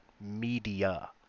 Media